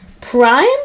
Prime